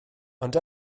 ond